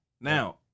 Now